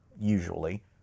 usually